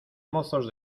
mozos